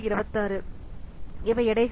26 இவை எடைகள்